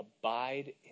abide